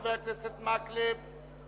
חבר הכנסת מקלב,